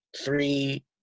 three